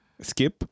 Skip